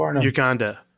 Uganda